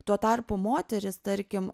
tuo tarpu moterys tarkim